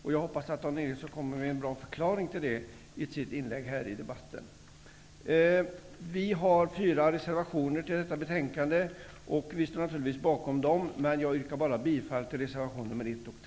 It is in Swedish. Jag hoppas att Dan Eriksson i sitt inlägg senare i debatten här ger en bra förklaring till varför så skedde. Vi har fyra reservationer fogade till detta betänkande. Naturligtvis stöder vi dessa, men jag nöjer mig med att yrka bifall till reservationerna 1